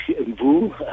vous